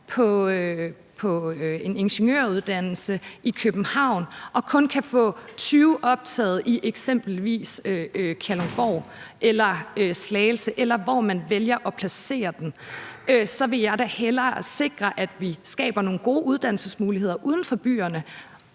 på en ingeniøruddannelse i København og kun kan få 20 studerende optaget i eksempelvis Kalundborg, Slagelse, eller hvor man vælger at placere den. Så vil jeg da hellere sikre, at vi skaber nogle gode uddannelsesmuligheder uden for byerne